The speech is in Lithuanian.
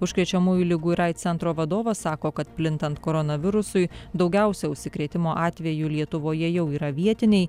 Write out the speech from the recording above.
užkrečiamųjų ligų ir aids centro vadovas sako kad plintant koronavirusui daugiausia užsikrėtimo atvejų lietuvoje jau yra vietiniai